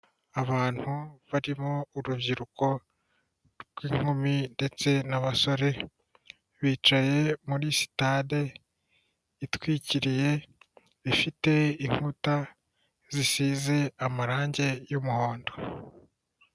Abantu barimo urubyiruko rw'inkumi ndetse n'abasore, bicaye muri sitade itwikiriye, ifite inkuta zisize amarangi y'umuhondo.